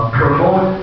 promote